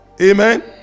Amen